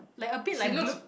like a bit like blurp